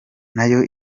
nayo